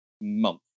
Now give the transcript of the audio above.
month